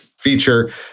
feature